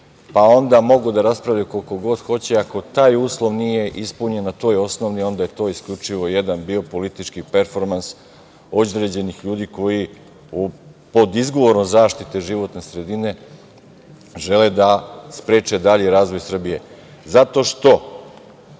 Onda, mogu da raspravljaju ako taj uslov nije ispunjen, a to je osnov, onda je to isključivo bio jedan politički performans određenih ljudi koji, pod izgovorom zaštite životne sredine, žele da spreče dalji razvoj Srbije. Zato